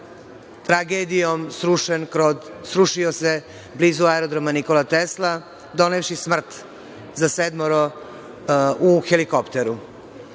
tragedijom srušio blizu aerodroma „Nikola Tesla“, donevši smrt za sedmoro u helikopteru. Bilo